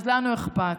אז לנו אכפת.